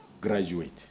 Graduate